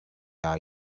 are